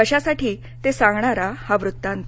कशासाठी ते सांगणारा हा वृतांत